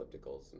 ellipticals